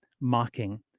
Mocking